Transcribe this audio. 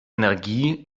energie